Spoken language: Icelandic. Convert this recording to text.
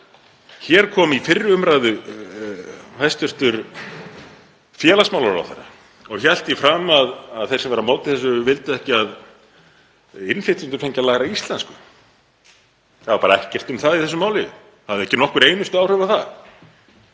Hér kom í fyrri umræðu hæstv. félagsmálaráðherra og hélt því fram að þeir sem væru á móti þessu vildu ekki að innflytjendur fengju að læra íslensku. Það var bara ekkert um það í þessu máli, það hafði ekki nokkur einustu áhrif á það.